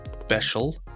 special